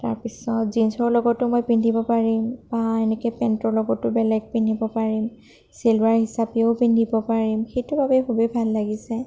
তাৰ পিছত জিনছৰ লগতো মই পিন্ধিব পাৰিম বা এনেকৈ পেণ্টৰ লগতো বেলেগ পিন্ধিব পাৰিম চেলোৱাৰ হিচাপেও পিন্ধিব পাৰিম সেইটোৰ বাবে খুবেই ভাল লাগিছে